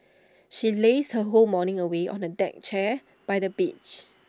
she lazed her whole morning away on A deck chair by the beach